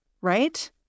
right